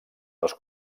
les